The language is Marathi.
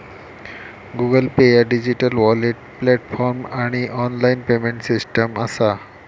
गुगल पे ह्या डिजिटल वॉलेट प्लॅटफॉर्म आणि ऑनलाइन पेमेंट सिस्टम असा